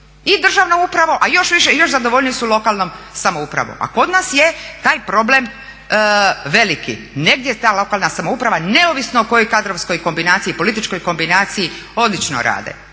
i državna uprava a još zadovoljniji su lokalnom samoupravom. A kod nas je taj problem veliki, negdje ta lokalna samouprava neovisno o kojoj kadrovskoj kombinaciji, političkoj kombinaciji odlično rade.